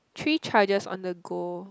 three charges on the go